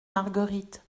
marguerite